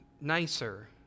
nicer